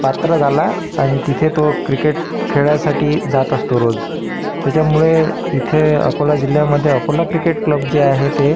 पात्र झाला आणि तिथे तो क्रिकेट खेळायसाठी जात असतो रोज त्याच्यामुळे इथे अकोला जिल्ह्यामध्ये अकोला क्रिकेट क्लब जे आहे ते